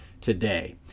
today